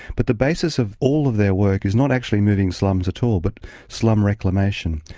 but the basis of all of their work is not actually moving slums at all, but slum reclamation.